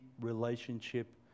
relationship